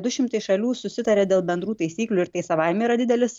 du šimtai šalių susitaria dėl bendrų taisyklių ir tai savaime yra didelis